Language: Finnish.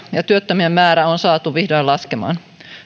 ja työttömien määrä on saatu vihdoin laskemaan